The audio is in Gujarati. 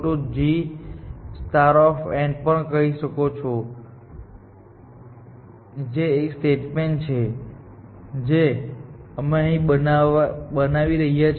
જો તમે તે કરો છો તેમ છતાં તમે સામાન્ય રીતે બતાવી શકો છો કે g g જેને તમે g g પણ કહી શકો છો જે એક સ્ટેટમેન્ટ છે જે અમે અહીં બનાવી રહ્યા છે